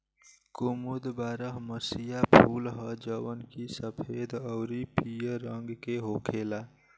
कुमुद बारहमसीया फूल ह जवन की सफेद अउरी पियर रंग के होखेला